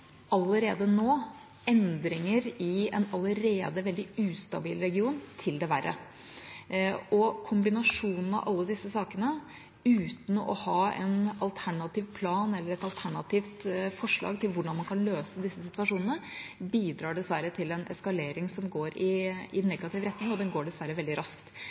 i en allerede veldig ustabil region. Kombinasjonen av alle disse sakene, uten å ha en alternativ plan eller et alternativt forslag til hvordan man kan løse disse situasjonene, bidrar dessverre til en eskalering som går i negativ retning, og den går dessverre veldig raskt.